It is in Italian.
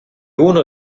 uno